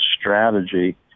strategy